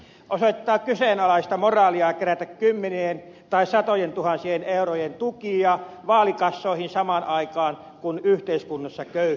osoittaa kyseenalaista moraalia kerätä kymmenien tai satojen tuhansien eurojen tukia vaalikassoihin samaan aikaan kun yhteiskunnassa köyhyys lisääntyy